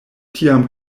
tiam